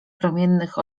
promiennych